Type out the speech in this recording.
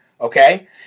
okay